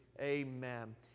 amen